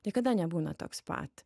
niekada nebūna toks pat